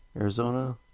Arizona